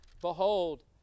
Behold